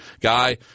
guy